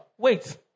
Wait